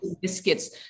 biscuits